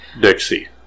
Dixie